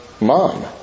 mom